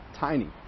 tiny